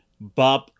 Bob